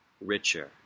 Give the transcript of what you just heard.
richer